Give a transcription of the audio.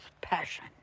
passion